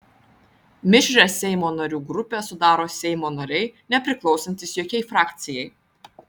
mišrią seimo narių grupę sudaro seimo nariai nepriklausantys jokiai frakcijai